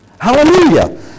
Hallelujah